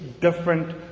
different